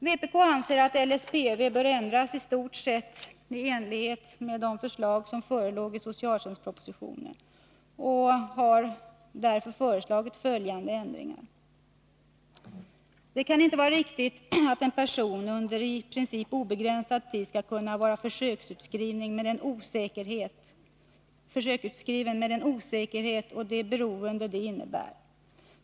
Vpk anser att LSPV bör ändras i stort sett i enlighet med det förslag som föreligger i socialtjänstspropositionen och har därför föreslagit följande ändringar: Det kan inte vara riktigt att en person under i princip obegränsad tid skall kunna vara försöksutskriven med den osäkerhet och det beroende det innebär.